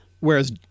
Whereas